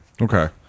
Okay